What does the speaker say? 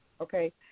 okay